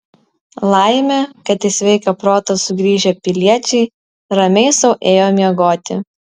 laimė kad į sveiką protą sugrįžę piliečiai ramiai sau ėjo miegoti